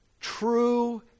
true